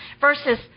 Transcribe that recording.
versus